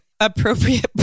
appropriate